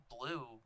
blue